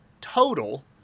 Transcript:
total